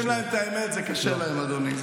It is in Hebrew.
אומרים להם את האמת, זה קשה להם, אדוני.